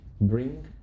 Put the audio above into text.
bring